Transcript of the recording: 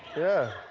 yeah.